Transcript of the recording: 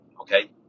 okay